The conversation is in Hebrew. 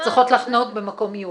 צריכות להחנות במקום מיועד.